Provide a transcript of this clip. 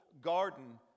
garden